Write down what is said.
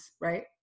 right